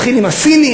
להתחיל עם הסינים?